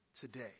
today